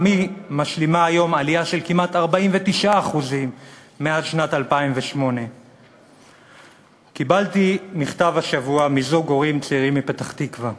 גם היא משלימה היום עלייה של כמעט 49% מאז שנת 2008. קיבלתי מכתב השבוע מזוג הורים צעירים מפתח-תקווה,